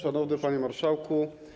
Szanowny Panie Marszałku!